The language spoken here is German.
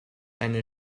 eine